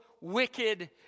wicked